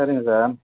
சரிங்க சார்